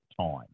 time